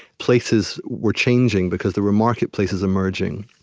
places were changing, because there were marketplaces emerging.